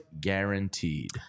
guaranteed